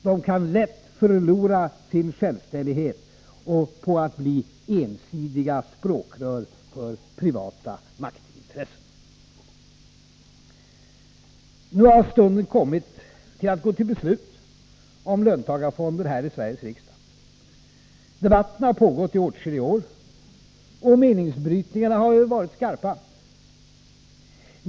De kan lätt förlora sin självständighet på att bli ensidiga språkrör för privata maktintressen. Nu har stunden kommit att gå till beslut om löntagarfonder här i Sveriges riksdag. Debatten har pågått i åtskilliga år. Meningsbrytningarna har varit skarpa.